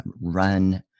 run